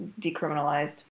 decriminalized